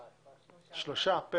הצבעה בעד הבקשה 3 נגד,